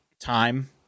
time